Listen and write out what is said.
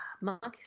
Monkey